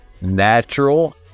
natural